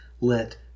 let